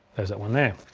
there's that one there.